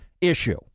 issue